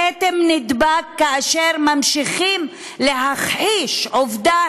הכתם נדבק כאשר ממשיכים להכחיש עובדה